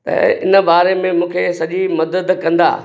त इन बारे में मूंखे सॼी मदद कंदा